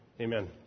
Amen